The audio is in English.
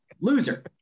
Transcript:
loser